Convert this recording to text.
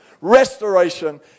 restoration